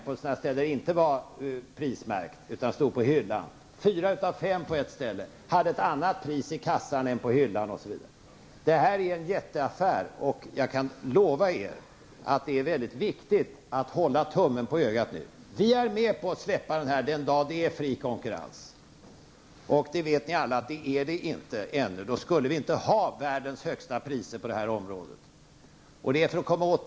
På ett ställe hade fyra av fem varor som stod på hyllorna och inte var prismärkta ett annat pris i kassan än det som angavs på hyllorna. Det här är en jätteaffär, och jag kan lova att vi skall hålla tummen på ögat på de berörda. Vi går med på att prismärkningen avskaffas den dag då det är fri konkurrens, men det är det ännu inte, och det vet ni alla. Om det vore så, då skulle vi inte ha världens högsta priser på detta område. Det är dessa höga priser som vi vill komma åt.